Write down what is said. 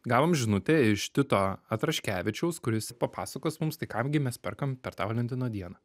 gavom žinutę iš tito atraškevičiaus kuris papasakos mums tai kam gi mes perkam per tą valentino dieną